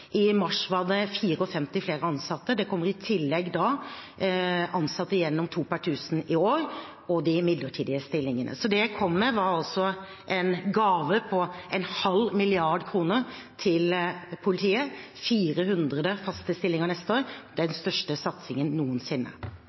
I mars var det 54 flere ansatte. Det kommer i tillegg ansatte gjennom to per tusen i år og de midlertidige stillingene, så det jeg kom med, var altså en gave på en halv milliard kroner til politiet, 400 faste stillinger neste år. Det er den største satsingen noensinne.